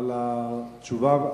על התשובה הממצה.